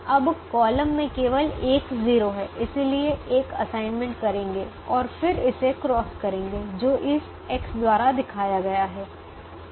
अब कॉलम में केवल एक 0 है इसलिए एक असाइनमेंट करेंगे और फिर इसे क्रॉस करेंगे जो इस X द्वारा दिखाया गया है